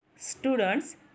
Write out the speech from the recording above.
Students